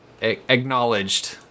acknowledged